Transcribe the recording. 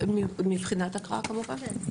מבחינת הקראה, כמובן.